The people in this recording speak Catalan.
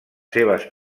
seves